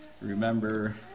Remember